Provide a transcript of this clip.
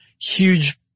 huge